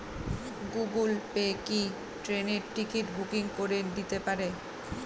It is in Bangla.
গুগল পে কি ট্রেনের টিকিট বুকিং করে দিতে পারে?